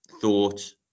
thought